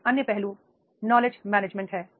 एक अन्य पहलू नॉलेज मैनेजमेंट है